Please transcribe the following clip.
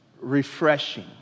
refreshing